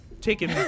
taking